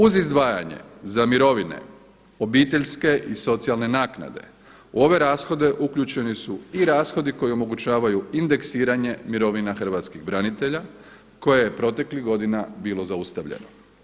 Uz izdvajanje za mirovine, obiteljske i socijalne naknade u ove rashode uključeni su i rashodi koji omogućavaju indeksiranje mirovina hrvatskih branitelja koje je proteklih godina bilo zaustavljeno.